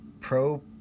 pro